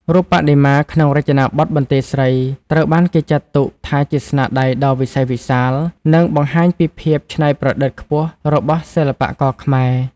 រូបបដិមាក្នុងរចនាបថបន្ទាយស្រីត្រូវបានគេចាត់ទុកថាជាស្នាដៃដ៏វិសេសវិសាល និងបង្ហាញពីភាពច្នៃប្រឌិតខ្ពស់របស់សិល្បករខ្មែរ។